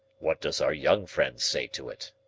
what does our young friend say to it?